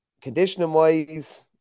conditioning-wise